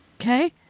Okay